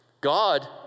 God